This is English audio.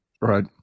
Right